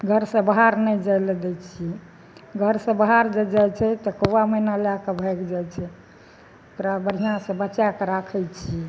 घर से बाहर नहि जाइ लए दै छियै घर से बाहर जे जाइ छै तऽ कौआ मैना लए कऽ भागि जाइत छै ओकरा बढ़िआँ से बचाए कए राखैत छियै